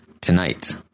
tonight